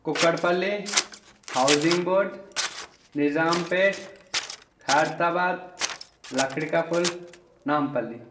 Kukatpally housing board Nizampet Khairatabad Lakdikapul Nampally